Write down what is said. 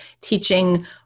teaching